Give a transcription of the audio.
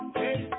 hey